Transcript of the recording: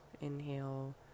Inhale